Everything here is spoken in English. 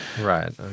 Right